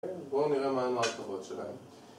בואו נראה מהם ההטבות שלהם